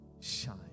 shine